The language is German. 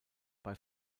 bei